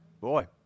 boy